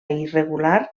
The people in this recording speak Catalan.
irregular